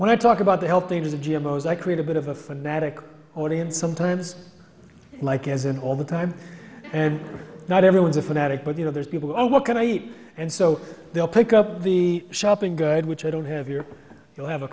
when i talk about the health dangers of g m o's i create a bit of a fanatic audience sometimes like as an all the time and not everyone's a fanatic but you know there's people who are what can i eat and so they'll pick up the shopping good which i don't have your you'll have a